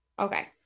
okay